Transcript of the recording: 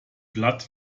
platt